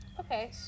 Okay